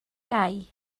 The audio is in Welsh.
gai